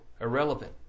irrelevant